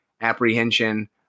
apprehension